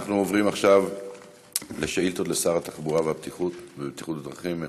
אנחנו עוברים עכשיו לשאילתות לשר התחבורה והבטיחות בדרכים,